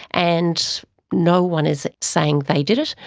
and no one is saying they did it,